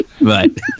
right